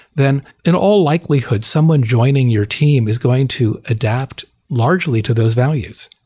then in all likelihood, someone joining your team is going to adapt largely to those values.